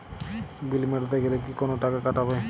বিল মেটাতে গেলে কি কোনো টাকা কাটাবে?